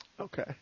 Okay